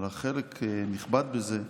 היה לך חלק נכבד בזה,